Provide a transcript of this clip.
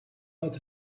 out